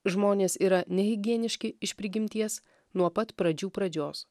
žmonės yra nehigieniški iš prigimties nuo pat pradžių pradžios